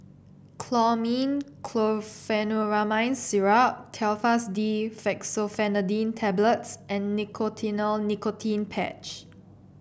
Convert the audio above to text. Chlormine Chlorpheniramine Syrup Telfast D Fexofenadine Tablets and Nicotinell Nicotine Patch